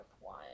one